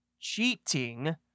cheating